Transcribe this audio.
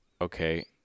okay